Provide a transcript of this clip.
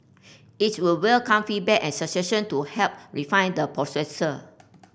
it will welcome feedback and suggestion to help refine the